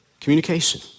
communication